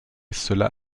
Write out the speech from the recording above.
cela